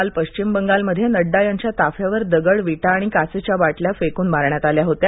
काल पश्चिम बंगालमध्यविड्डा यांच्या ताफ्यावर दगड विटा आणि काचच्या बाटल्या फ्क्विन मारण्यात आल्या होत्या